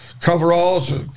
coveralls